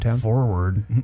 forward